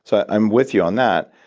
so i'm with you on that,